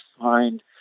find